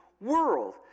world